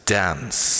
dance